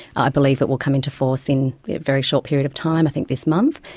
i believe that will come into force in a very short period of time, i think this month,